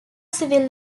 civil